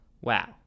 wow